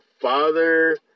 father